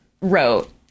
wrote